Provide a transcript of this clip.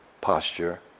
posture